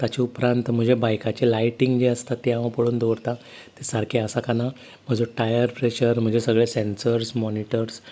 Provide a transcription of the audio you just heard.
ताचे उपरांत म्हज्या बायकाचें लायटींग जें आसता तें हांव पळोवन दवरतां तें सारकें आसा काय ना म्हजो टायर प्रेशर मागीर म्हजे सगळे सेंसर्स मॉनिटर्स